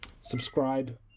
Subscribe